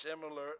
similar